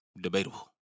debatable